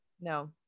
no